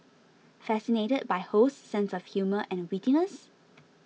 fascinated by Ho's sense of humour and wittiness